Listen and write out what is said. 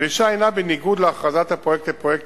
הדרישה הינה בניגוד להכרזת הפרויקט כפרויקט